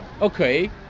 Okay